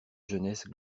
jeunesse